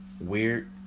weird